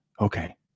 Okay